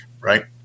right